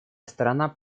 страна